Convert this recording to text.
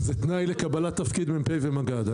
זה תנאי לקבלת תפקיד מ"פ ומג"ד.